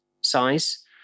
size